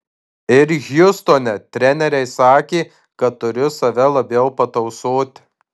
ir hjustone treneriai sakė kad turiu save labiau patausoti